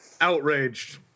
outraged